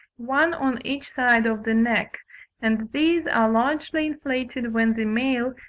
one on each side of the neck and these are largely inflated when the male,